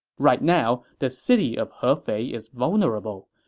right now, the city of hefei is vulnerable.